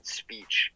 speech